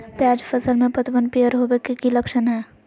प्याज फसल में पतबन पियर होवे के की लक्षण हय?